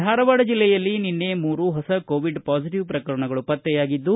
ಧಾರವಾಡ ಜಿಲ್ಲೆಯಲ್ಲಿ ನಿನ್ನೆ ಮೂರು ಹೊಸ ಕೋವಿಡ್ ಪಾಸಿಟವ್ ಪ್ರಕರಣಗಳು ಪತ್ತೆಯಾಗಿದ್ದು